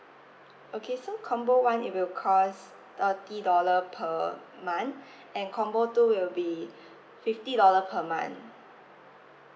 okay so combo one it will cost thirty dollar per month and combo two will be fifty dollar per month